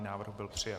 Návrh byl přijat.